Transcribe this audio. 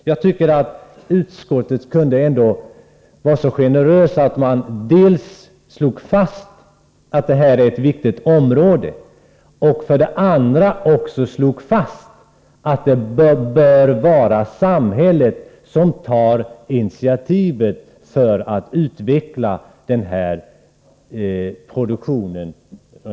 Jag tycker att utskottet borde ha kunnat vara så generöst att det slagit fast dels att detta är ett viktigt område, dels att det bör vara samhället som tar initiativet för att utveckla denna produktion.